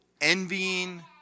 envying